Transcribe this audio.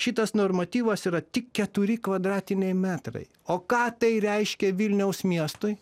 šitas normatyvas yra tik keturi kvadratiniai metrai o ką tai reiškia vilniaus miestui